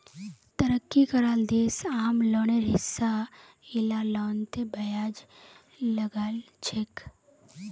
तरक्की कराल देश आम लोनेर हिसा इला लोनतों ब्याज लगाछेक